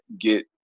get